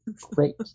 Great